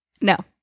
No